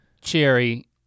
Cherry